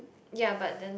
ya but then you